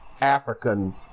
African